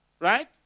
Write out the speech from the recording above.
Right